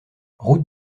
route